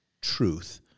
truth